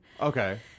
Okay